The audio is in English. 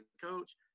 coach